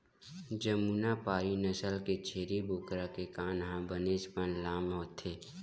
जमुनापारी नसल के छेरी बोकरा के कान ह बनेचपन लाम होथे